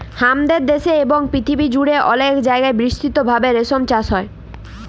হামাদের দ্যাশে এবং পরথিবী জুড়ে অলেক জায়গায় বিস্তৃত ভাবে রেশম চাস হ্যয়